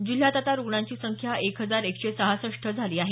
जिल्ह्यात आता रुग्णांची संख्या एक हजार एकशे सहासष्ट झाली आहे